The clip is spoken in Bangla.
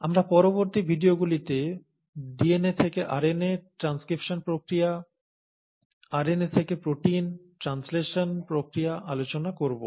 আমরা পরবর্তী ভিডিওগুলিতে ডিএনএ থেকে আরএনএ ট্রানস্ক্রিপশন প্রক্রিয়া আরএনএ থেকে প্রোটিন ট্রানসলেশন প্রক্রিয়া আলোচনা করব